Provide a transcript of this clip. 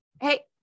Hey